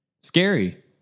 scary